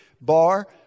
bar